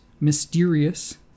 mysterious